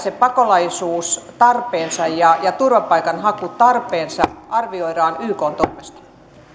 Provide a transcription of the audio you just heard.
pakolaisuustarpeensa ja ja turvapaikanhakutarpeensa arvioidaan ykn toimesta